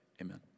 Amen